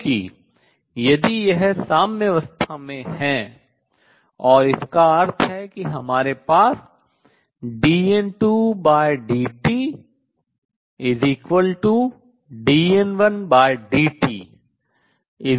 क्योंकि यदि यह साम्यावस्था में है और इसका अर्थ है कि हमारे पास dN2dt is equal to dN1dt is equal to 0 है